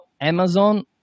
Amazon